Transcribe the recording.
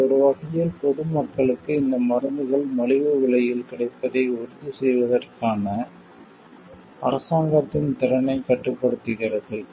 இது ஒரு வகையில் பொது மக்களுக்கு இந்த மருந்துகளை மலிவு விலையில் கிடைப்பதை உறுதி செய்வதற்கான அரசாங்கத்தின் திறனைக் கட்டுப்படுத்துகிறது